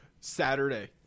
Saturday